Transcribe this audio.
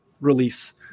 release